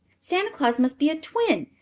santa claus must be a twin,